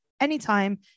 anytime